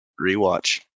rewatch